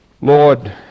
Lord